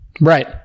Right